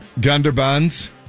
Gunderbuns